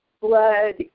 blood